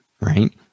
right